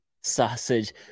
Sausage